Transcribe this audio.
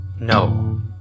no